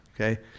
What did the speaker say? Okay